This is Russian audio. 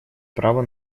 право